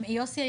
רק שנייה,